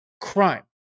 crime